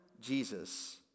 Jesus